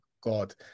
god